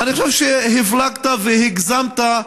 אני חושב שהפלגת והגזמת.